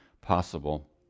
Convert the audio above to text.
possible